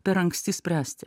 per anksti spręsti